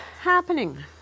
happening